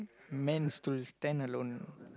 meant to stand alone